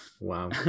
wow